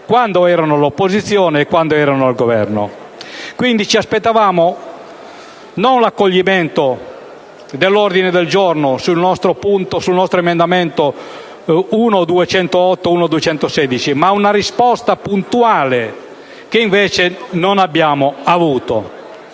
quando erano all'opposizione e quando erano al Governo. Quindi, ci aspettavamo non l'accoglimento dell'ordine del giorno sulle questioni sottese ai nostri emendamenti 1.208 e 1.216, ma una risposta puntuale, che invece non abbiamo avuto.